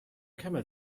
camel